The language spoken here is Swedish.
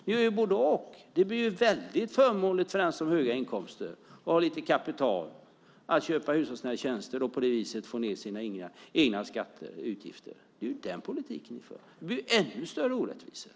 Ni gör både-och. Det blir väldigt förmånligt för den som har höga inkomster och lite kapital att köpa hushållsnära tjänster och på det viset få ned sina egna skatter och utgifter. Det är den politiken ni för. Det blir ännu större orättvisor.